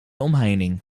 omheining